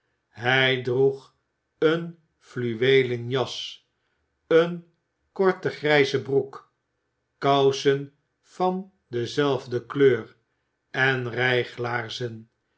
hij droeg een fluweelen jas een korte grijze broek kousen van dezelfde kleur en rijglaarzen